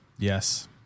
Yes